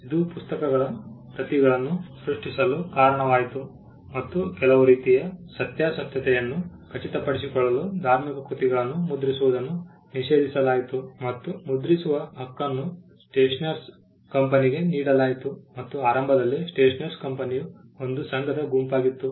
ಇದು ಪುಸ್ತಕಗಳ ಪ್ರತಿಗಳನ್ನು ಸೃಷ್ಟಿಸಲು ಕಾರಣವಾಯಿತು ಮತ್ತು ಕೆಲವು ರೀತಿಯ ಸತ್ಯಾಸತ್ಯತೆಯನ್ನು ಖಚಿತಪಡಿಸಿಕೊಳ್ಳಲು ಧಾರ್ಮಿಕ ಕೃತಿಗಳನ್ನು ಮುದ್ರಿಸುವುದನ್ನು ನಿಷೇಧಿಸಲಾಯಿತು ಮತ್ತು ಮುದ್ರಿಸುವ ಹಕ್ಕನ್ನು ಸ್ಟೇಷನರ್ಸ್ ಕಂಪನಿಗೆ ನೀಡಲಾಯಿತು ಮತ್ತು ಆರಂಭದಲ್ಲಿ ಸ್ಟೇಷನರ್ಸ್ ಕಂಪನಿಯು ಒಂದು ಸಂಘದ ಗುಂಪಾಗಿತ್ತು